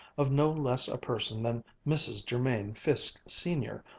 of no less a person than mrs. jermain fiske, sr,